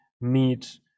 meet